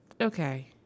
okay